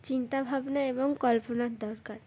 চিন্তাভাবনা এবং কল্পনার দরকার